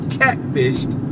catfished